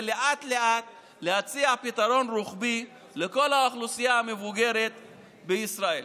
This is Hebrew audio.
ולאט-לאט להציע פתרון רוחבי לכל האוכלוסייה המבוגרת בישראל.